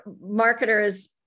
marketers